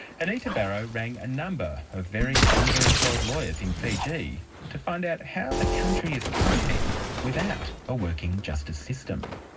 anita barraud rang a number of very underemployed lawyers in fiji, to find out how the country is coping without a working justice system.